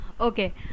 okay